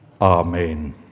Amen